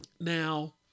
Now